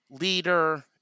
leader